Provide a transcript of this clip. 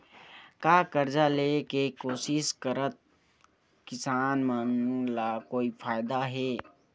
का कर्जा ले के कोशिश करात किसान मन ला कोई फायदा हे?